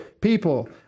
people